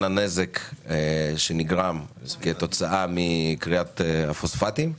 הנזק שנגרם כתוצאה מכריית הפוספטים,